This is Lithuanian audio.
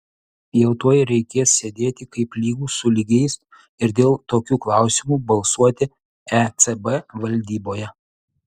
jau tuoj reikės sėdėti kaip lygūs su lygiais ir dėl tokių klausimų balsuoti ecb valdyboje